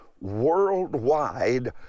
worldwide